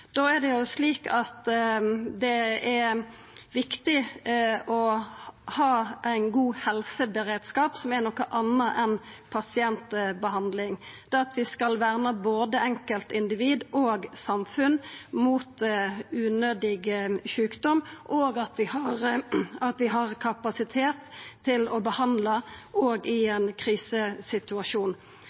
er det viktig å ha ein god helseberedskap, som er noko anna enn pasientbehandling. Det inneber at vi skal verna både enkeltindivid og samfunn mot unødig sjukdom, og at vi har kapasitet til å behandla òg i ein krisesituasjon.